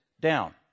down